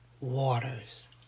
waters